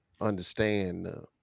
understand